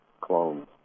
clones